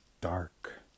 dark